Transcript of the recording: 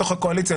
אני